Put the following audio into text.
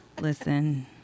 Listen